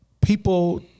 people